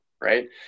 right